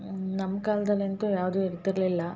ನಮ್ಮ ಕಾಲ್ದಲ್ಲಿ ಅಂತು ಯಾವುದು ಇರ್ತಿರಲಿಲ್ಲ